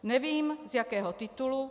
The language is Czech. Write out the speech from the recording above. Nevím, z jakého titulu.